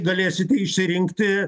galėsite išsirinkti